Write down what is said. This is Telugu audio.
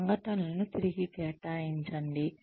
సంఘటనలను తిరిగి కేటాయించండి